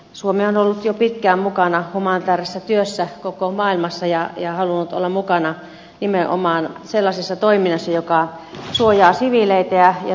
suomi on ollut jo pitkään mukana humanitäärisessä työssä koko maailmassa ja halunnut olla mukana nimenomaan sellaisessa toiminnassa joka suojaa siviileitä ja turvaa yhteiskuntaa